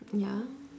ya